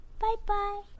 Bye-bye